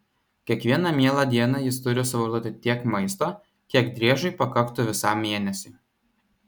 kiekvieną mielą dieną jis turi suvartoti tiek maisto kiek driežui pakaktų visam mėnesiui